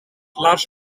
lars